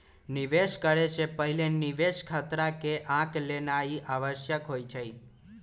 निवेश करे से पहिले निवेश खतरा के आँक लेनाइ आवश्यक होइ छइ